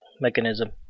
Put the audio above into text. mechanism